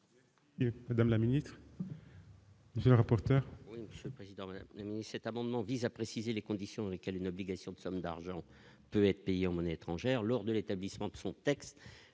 Madame le ministre. Monsieur le rapporteur,